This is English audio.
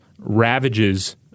ravages